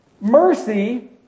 Mercy